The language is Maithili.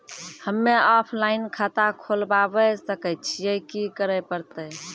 हम्मे ऑफलाइन खाता खोलबावे सकय छियै, की करे परतै?